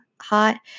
hot